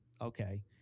okay